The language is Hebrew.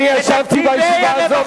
אני ישבתי בישיבה הזאת,